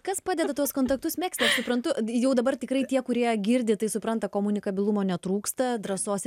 kas padeda tuos kontaktus mėgsti aš suprantu jau dabar tikrai tie kurie girdi tai supranta komunikabilumo netrūksta drąsos